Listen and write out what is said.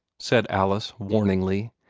said alice, warningly.